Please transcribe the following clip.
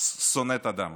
שונאת אדם;